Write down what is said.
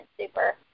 super